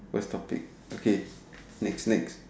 what's topic okay next next